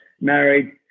married